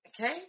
Okay